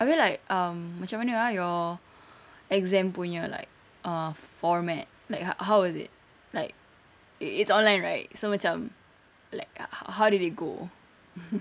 abeh like um macam mana ah your exam punya like err format like how how was it like it's it's online right so macam like how how did it go